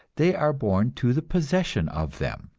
they are born to the possession of them,